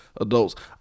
adults